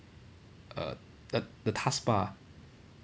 err the the taskbar